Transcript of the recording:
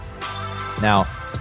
Now